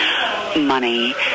money